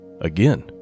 Again